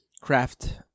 craft